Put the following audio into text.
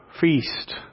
feast